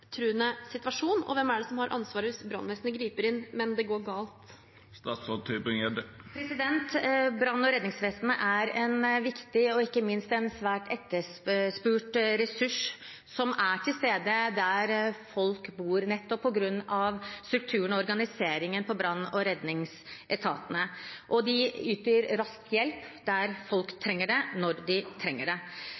livstruende situasjon, og hvem har ansvaret hvis brannvesenet griper inn, men det går galt? Brann- og redningsvesenet er en viktig og ikke minst svært etterspurt ressurs som er til stede der folk bor, nettopp på grunn av strukturen og organiseringen til brann- og redningsetatene. De yter raskt hjelp der folk